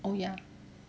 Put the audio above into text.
oh ya